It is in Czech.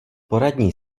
poradní